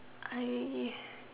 I